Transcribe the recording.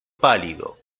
pálido